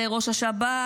זה ראש השב"כ,